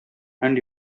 and